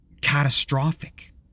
catastrophic